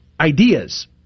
ideas